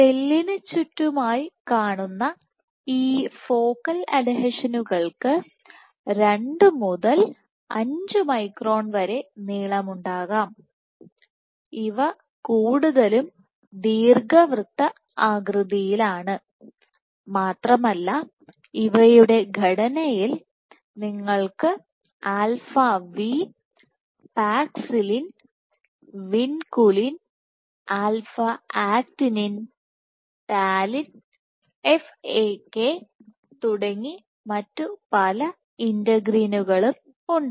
സെല്ലിന് ചുറ്റുമായി കാണുന്ന ഈ ഫോക്കൽ അഡ്ഹീഷനുകൾക്ക്2 മുതൽ 5 മൈക്രോൺ വരെ നീളമുണ്ടാകാം ഇവ കൂടുതലും ദീർഘവൃത്ത ആകൃതിയിലാണ് മാത്രമല്ല ഇവയുടെ ഘടനയിൽ നിങ്ങൾക്ക് alpha V α V paxillin vinculin alpha actinin α actinin talin FAK തുടങ്ങി മറ്റു പല ഇന്റെഗ്രിനുകളും ഉണ്ട്